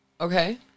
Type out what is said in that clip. Okay